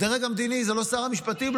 הדרג המדיני זה לא שר המשפטים?